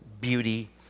beauty